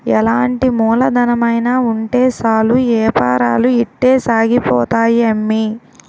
ఎలాంటి మూలధనమైన ఉంటే సాలు ఏపారాలు ఇట్టే సాగిపోతాయి అమ్మి